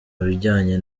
bijyanye